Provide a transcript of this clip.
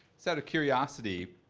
just out of curiosity,